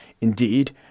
Indeed